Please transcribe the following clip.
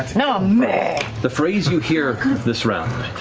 you know um the phrase you hear this round